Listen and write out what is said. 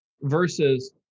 versus